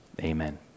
Amen